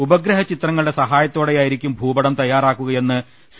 ഉപഗ്രഹചി ത്രങ്ങളുടെ സഹായത്തോടെയായിരിക്കും ഭൂപടം തയ്യാറാക്കുകയെന്ന് സി